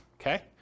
Okay